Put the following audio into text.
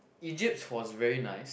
Egypt was very nice